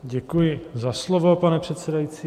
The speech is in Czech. Děkuji za slovo, pane předsedající.